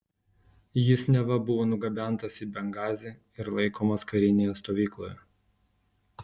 jis neva buvo nugabentas į bengazį ir laikomas karinėje stovykloje